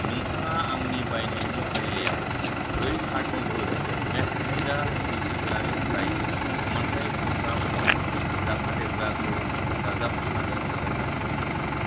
नोंथाङा आंनि बायनायनि फारिलाइयाव ब्रै कारट'नफोर मेक्सविदा बैसोगोरानि थाखाय समानथाइ फुंखा मुवा जाफादेरग्राखौ दाजाबफानो हागोन नामा